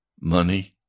money